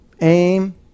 aim